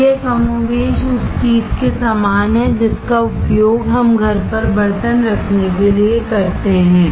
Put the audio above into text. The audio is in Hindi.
तो यह कमोबेश उस चीज के समान है जिसका उपयोग हम घर पर बर्तन रखने के लिए करते हैं